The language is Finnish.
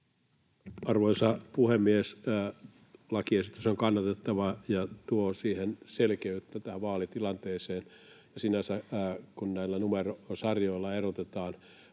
Arvoisa puhemies! Tämä lakiesitys on kannatettava ja tuo selkeyttä tähän vaalitilanteeseen. Sinänsä se, kun näillä numerosarjoilla erotetaan